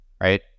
right